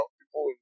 people